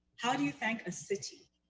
how do you thank a city?